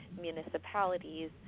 municipalities